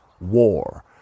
war